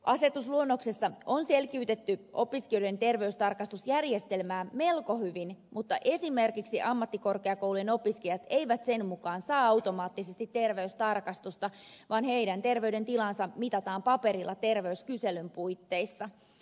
asetusluonnoksessa on selkiytetty opiskelijoiden terveystarkastusjärjestelmää melko hyvin mutta esimerkiksi ammattikorkeakoulujen opiskelijat eivät sen mukaan saa automaattisesti terveystarkastusta vaan heidän terveydentilansa mitataan paperilla terveyskyselyn puitteissa